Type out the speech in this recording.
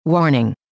Warning